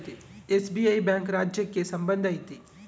SBI bank ರಾಜ್ಯಕ್ಕೆ ಸಂಬಂಧ ಐತಿ